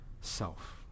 self